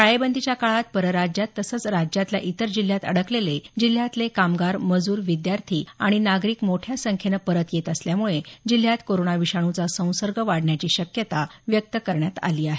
टाळेबंदीच्या काळात परराज्यात तसेच राज्यातल्या अडकलेले जिल्ह्यातले कामगार मजूर विद्यार्थी आणि नागरिक इतर जिल्ह्यात मोठ्या संख्येनं परत येत असल्यामुळे जिल्ह्यात कोरोना विषाणूचा संसर्ग वाढण्याची शक्यता व्यक्त करण्यात आली आहे